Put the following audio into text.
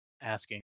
Asking